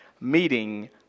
meeting